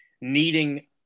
needing